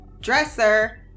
dresser